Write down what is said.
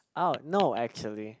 oh no actually